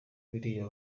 biriya